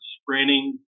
sprinting